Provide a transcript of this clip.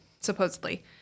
supposedly